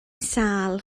sâl